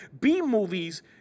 B-movies